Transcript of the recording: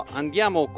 andiamo